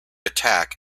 attack